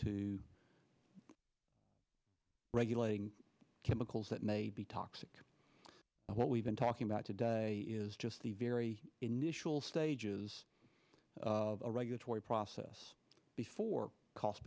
to regulating chemicals that may be toxic but what we've been talking about today is just the very initial stages of a regulatory process before cost